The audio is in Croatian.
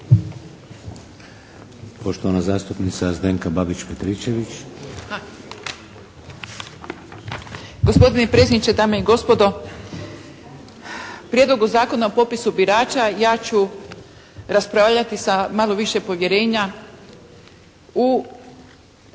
poštovane zastupnice Zdenke Babić-Petričević